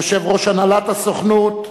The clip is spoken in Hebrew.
יושב-ראש הנהלת הסוכנות,